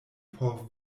por